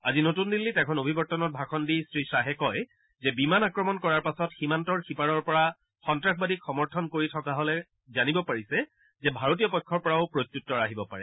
আজি নতুন দিল্লীত এখন অভিৱৰ্তন ভাষণ দি শ্ৰীখাহে কয় যে বিমান আক্ৰমণ কৰাৰ পাছত সীমান্ত সিপাৰৰ পৰা সন্তাসবাদীক সমৰ্থন কৰি থকাসকলে জানিব পাৰিছে যে ভাৰতীয় পক্ষৰ পৰাও প্ৰত্যুত্তৰ আহিব পাৰে